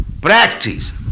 practice